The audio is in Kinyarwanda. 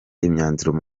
imyanzuro